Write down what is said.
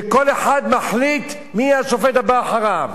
שכל אחד מחליט מי השופט הבא אחריו.